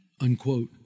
Unquote